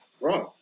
Right